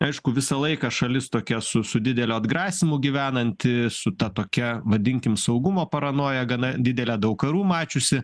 aišku visą laiką šalis tokia su su dideliu atgrasymu gyvenanti su ta tokia vadinkim saugumo paranoja gana didele daug karų mačiusi